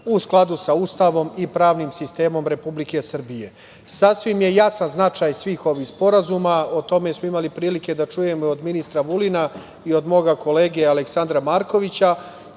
u skladu sa Ustavom i pravnim sistemom Republike Srbije. Sasvim je jasan značaj svih ovih sporazuma i o tome smo imali prilike da čujemo i od ministra Vulina i od mog kolege, Aleksandra Markovića,